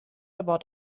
about